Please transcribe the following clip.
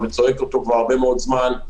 מצרף אותו כבר הרבה מאוד זמן,